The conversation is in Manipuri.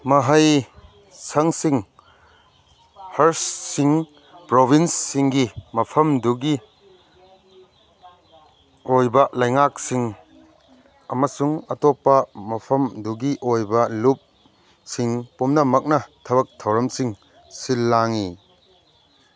ꯃꯍꯩꯁꯪꯁꯤꯡ ꯍꯔꯁꯁꯤꯡ ꯄ꯭ꯔꯣꯕꯤꯟꯁꯁꯤꯡꯒꯤ ꯃꯐꯝꯗꯨꯒꯤ ꯑꯣꯏꯕ ꯂꯩꯉꯥꯛꯁꯤꯡ ꯑꯃꯁꯨꯡ ꯑꯇꯣꯞꯄ ꯃꯐꯝꯗꯨꯒꯤ ꯑꯣꯏꯕ ꯂꯨꯞꯁꯤꯡ ꯄꯨꯝꯅꯃꯛꯅ ꯊꯕꯛ ꯊꯧꯔꯝꯁꯤꯡ ꯁꯤꯜ ꯂꯥꯡꯏ